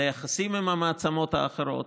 על היחסים עם המעצמות האחרות,